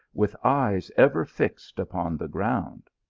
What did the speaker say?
with eyes ever fixed upon the ground.